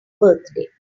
birthday